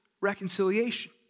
reconciliation